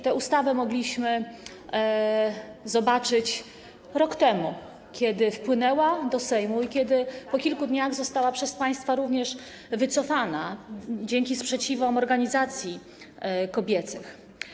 Tę ustawę mogliśmy zobaczyć rok temu, kiedy wpłynęła do Sejmu i kiedy po kilku dniach została przez państwa również wycofana, dzięki sprzeciwom organizacji kobiecych.